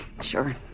Sure